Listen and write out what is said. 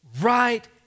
right